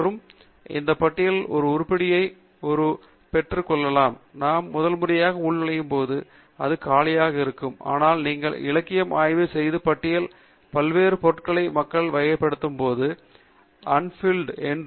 மற்றும் அந்த பட்டியல்கள் ஒரு உருப்படியை ஒரு வெற்று கொள்கலன் நாம் முதல் முறையாக உள்நுழைவு போது அது காலியாக இருக்கும் ஆனால் நீங்கள் இலக்கியம் ஆய்வு செய்து இந்த பட்டியலில் பல்வேறு பொருட்களை மக்கள் வைக்கப்படும் போது அன்பில்டு என்று